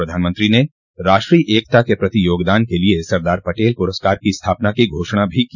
प्रधानमंत्री ने राष्ट्रीय एकता के प्रति योगदान के लिए सरदार पटेल पुरस्कार की स्थापना की घोषणा भी की